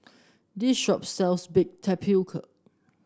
this shop sells Baked Tapioca